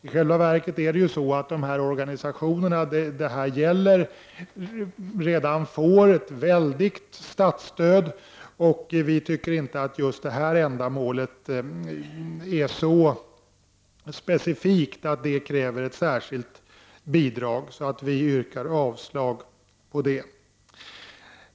I själva verket är det så att de organisationer det här gäller redan får ett väldigt stort statligt stöd. Vi tycker inte att det här ändamålet är så specifikt att det krävs ett särskilt bidrag. Vi yrkar avslag på det.